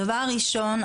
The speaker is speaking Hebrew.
הדבר הראשון,